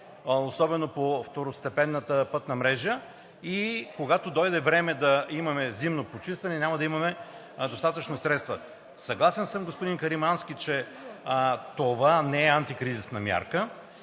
особено по второстепенната пътна мрежа и когато дойде време да имаме зимно почистване, няма да имаме достатъчно средства. Господин Каримански, съгласен съм, че това не е антикризисна мярка.